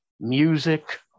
music